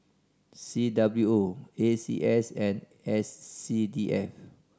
C W O A C S and S C D F